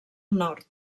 nord